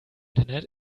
internet